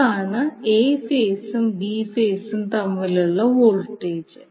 അതാണ് A ഫേസും B ഫേസും തമ്മിലുള്ള വോൾട്ടേജ്